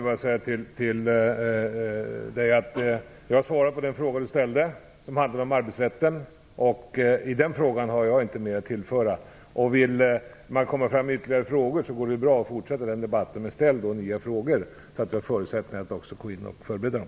Fru talman! Jag har svarat på den fråga Per Bill ställde som handlade om arbetsrätten. Jag har inte mer att tillföra i den frågan. Om han vill komma fram med ytterligare frågor går det bra att fortsätta den debatten. Men ställ då nya frågor så att jag har förutsättningar att också gå in och förbereda dem!